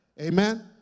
Amen